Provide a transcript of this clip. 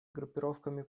группировками